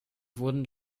wurden